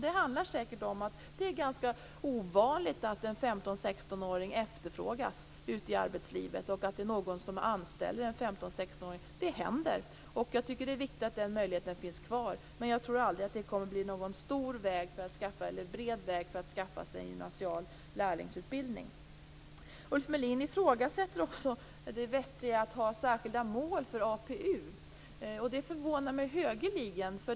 Det handlar säkert om att det är ganska ovanligt att en 15-16-åring efterfrågas i arbetslivet och att det är någon som anställer en 15-16-åring. Det händer, och jag tycker att det är viktigt att den möjligheten finns kvar. Men jag tror aldrig att det kommer att bli någon bred väg för att skaffa sig gymnasial lärlingsutbildning. Ulf Melin ifrågasätter också det vettiga i att ha särskilda mål för APU. Det förvånar mig högeligen.